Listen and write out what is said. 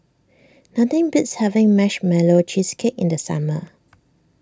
nothing beats having Marshmallow Cheesecake in the summer